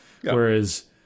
Whereas